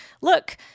look